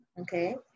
Okay